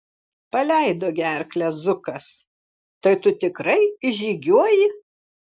paleido gerklę zukas tai tu tikrai išžygiuoji